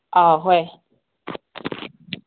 ꯑꯥ ꯍꯣꯏ